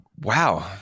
wow